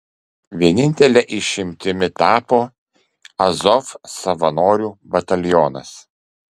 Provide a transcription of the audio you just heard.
vienintele išimtimi tapo azov savanorių batalionas